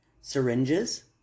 syringes